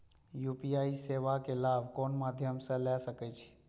UPI सेवा के लाभ कोन मध्यम से ले सके छी?